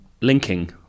linking